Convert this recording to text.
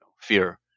fear